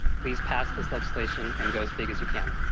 please pass this legislation and go as big as you can.